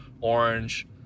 orange